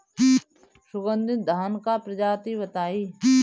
सुगन्धित धान क प्रजाति बताई?